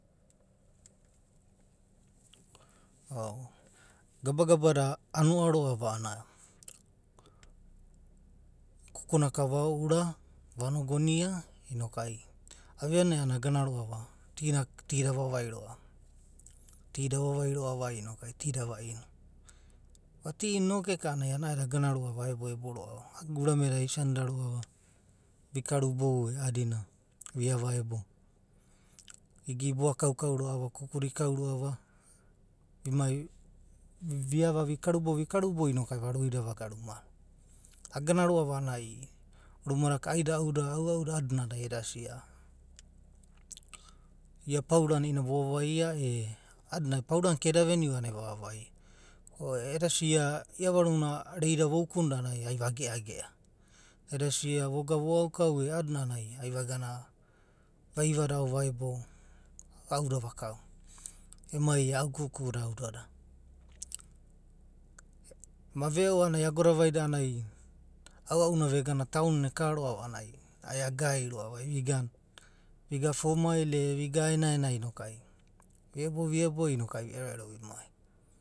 Gabagaba da anoa roa’va a’anana. e’u kuku na ka vaoura. vanogoma inaku aveanai a’anana ai gana roa ti na ka ti da avavai roa’va inoku ti da vaida ainuroa va. a ti inu noku roa’va eka ananai ana edo agana aeeboe eboe roa’va. urame da aisanida roa’va vi karubou e a’aeadina vi ava ebo. igana i boakau kau roa. va. kuku da ikau rova. uimai uiava vikarubou. uikarubou ino ku ai varuida vagana ramon. Agana roa’va a’anana ai. ruma da kauda, aida’u da, aua’udana a’adina a’adada ai eda sia, ia paura na iainana vovavaia e a’adina. paurana ka eda veni anana ai vavavaia o eda sia iavaruna reida voukum dia a’anana ai va geagea. eda sia vogana vo au kau e a’adina a’anana ai vagana. vaiua da aodadai vaebo auda vakau emai au kuku da audada. Ema veo a’anana agoda vaida aua’u na vegana taun ekaroa’ua a’anana ai gai roa’ua, ai vigana. vigana for mail a vigana aenai ai. viebo viebo noku ai vi ero vimai